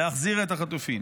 להחזיר את החטופים.